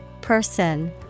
Person